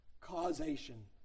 causation